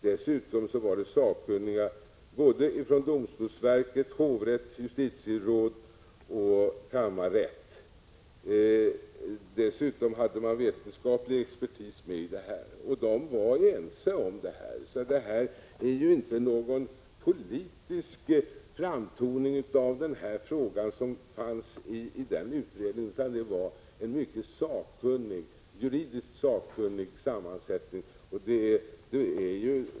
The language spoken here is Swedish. Dessutom fanns sakkunniga från domstolsverket, hovrätten och kammarrätten samt ett justitieråd. Vidare hade man vetenskaplig expertis. Alla var ense om detta, så det har inte någon politisk framtoning. Utredningen hade en juridiskt mycket sakkunnig sammansättning.